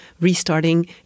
restarting